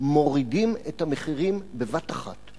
מורידים את המחירים בבת אחת.